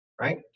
right